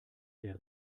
der